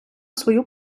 свою